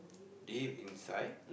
deep inside